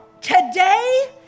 today